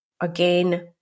again